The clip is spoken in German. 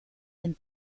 den